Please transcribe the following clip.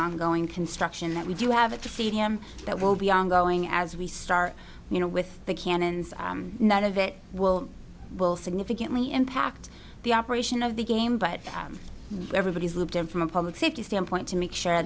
ongoing construction that we do have a to feed him that will be ongoing as we start you know with the cannons none of it will will significantly impact the operation of the game but everybody's lived in from a public safety standpoint to make sure